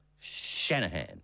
Shanahan